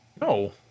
No